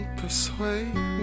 persuade